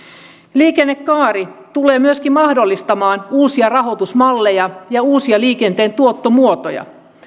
liikennekaari tulee myöskin mahdollistamaan uusia rahoitusmalleja ja uusia liikenteentuottomuotoja